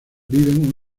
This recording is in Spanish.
viven